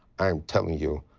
i am telling you,